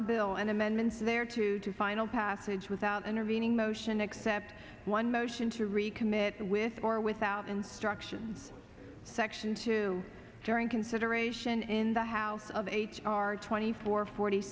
the bill and amendments there to the final passage without intervening motion except one motion to recommit with or without instruction section two during consideration in the house of h r twenty four forty